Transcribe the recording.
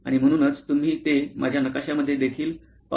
आणि म्हणूनच तुम्ही ते माझ्या नकाशामध्ये देखील पाहू शकता